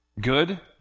good